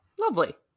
Lovely